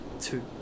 Two